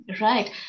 Right